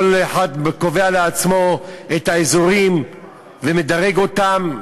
כל אחד קובע לעצמו את האזורים ומדרג אותם.